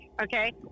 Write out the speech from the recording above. Okay